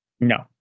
No